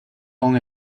along